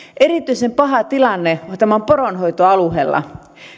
erityisen paha tilanne tämä on poronhoitoalueella